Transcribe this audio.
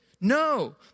No